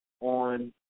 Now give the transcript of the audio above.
on